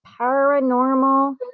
Paranormal